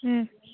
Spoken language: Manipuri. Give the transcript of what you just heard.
ꯎꯝ